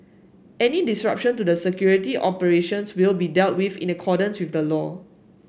any disruption to the security operations will be dealt with in accordance with the law